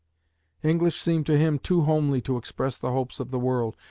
english seemed to him too homely to express the hopes of the world,